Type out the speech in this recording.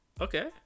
okay